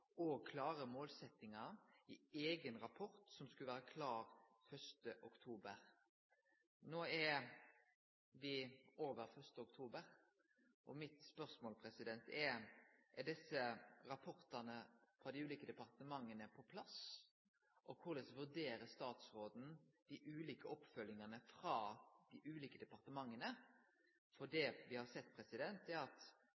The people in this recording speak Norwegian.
med klare prioriteringar og klare målsetjingar i eigen rapport som skulle vere klar 1. oktober. No er me over 1. oktober, og spørsmålet mitt er: Er desse rapportane frå dei ulike departementa på plass? Og korleis vurderer statsråden dei ulike oppfølgingane frå dei ulike departementa? Det me har sett, er at